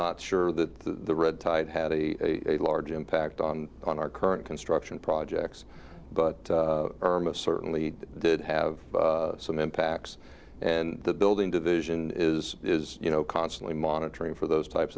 not sure that the red tide had a large impact on on our current construction projects but certainly did have some impacts in the building to the asian is is you know constantly monitoring for those types